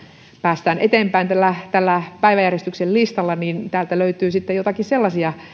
päästään eteenpäin tällä tällä päiväjärjestyksen listalla niin täältä löytyy sitten joitakin sellaisia